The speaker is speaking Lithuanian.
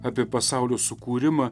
apie pasaulio sukūrimą